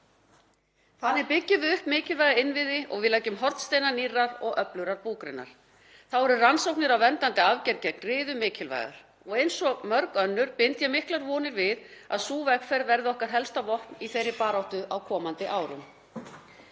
Þannig byggjum við upp mikilvæga innviði og leggjum hornsteina nýrrar og öflugrar búgreinar. Þá eru rannsóknir á verndandi arfgerð gegn riðu mikilvægar. Eins og mörg önnur bind ég miklar vonir við að sú vegferð verði okkar helsta vopn í þeirri baráttu á komandi árum.